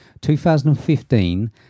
2015